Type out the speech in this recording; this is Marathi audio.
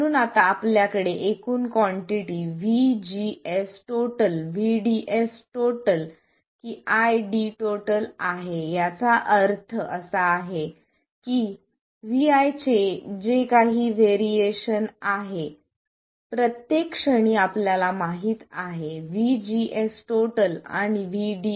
म्हणून आता आपल्याकडे एकूण कॉन्टिटी VGSVDS कीID आहे या अर्थ असा की vi चे जे काही व्हेरिएशन आहे प्रत्येक क्षणी आपल्याला माहीत आहे VGS आणि VDS